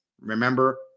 Remember